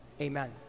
Amen